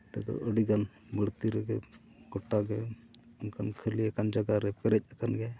ᱚᱸᱰᱮ ᱫᱚ ᱟᱹᱰᱤ ᱜᱟᱱ ᱵᱟᱹᱲᱛᱤ ᱨᱮᱜᱮ ᱜᱚᱴᱟ ᱜᱮ ᱚᱱᱠᱟᱱ ᱠᱷᱟᱹᱞᱤ ᱟᱠᱟᱱ ᱡᱟᱭᱜᱟ ᱨᱮ ᱯᱮᱨᱮᱡ ᱟᱠᱟᱱ ᱜᱮᱭᱟ